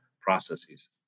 processes